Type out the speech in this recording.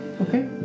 Okay